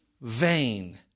vain